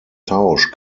tausch